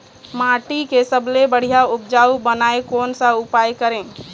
माटी के सबसे बढ़िया उपजाऊ बनाए कोन सा उपाय करें?